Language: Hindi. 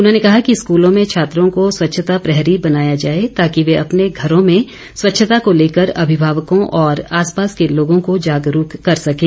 उन्होंने कहा कि स्कूलों में छात्रों को स्वच्छता प्रहरी बनाया जाए ताकि वे अपने घरों में स्वच्छता को लेकर अमिभावकों और आसपास के लोगों को जागरूक कर सकें